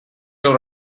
seus